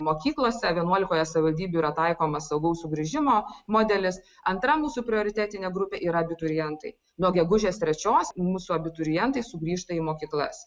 mokyklose vienuolikoje savivaldybių yra taikomas saugaus sugrįžimo modelis antra mūsų prioritetinė grupė yra abiturientai nuo gegužės trečios mūsų abiturientai sugrįžta į mokyklas